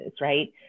right